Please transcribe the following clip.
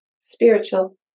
spiritual